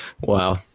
wow